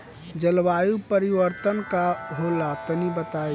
जलवायु परिवर्तन का होला तनी बताई?